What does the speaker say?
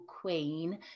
Queen